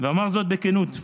ואומר זאת בכנות: